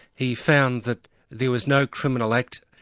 he found that there was no criminal act,